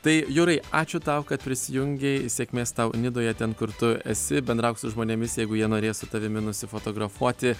tai jurai ačiū tau kad prisijungei sėkmės tau nidoje ten kur tu esi bendrauk su žmonėmis jeigu jie norės su tavimi nusifotografuoti